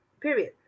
period